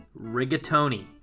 Rigatoni